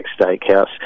Steakhouse